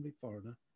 foreigner